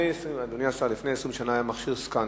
אדוני השר, לפני 20 שנה היה מכשיר "סקאנר",